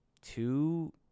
two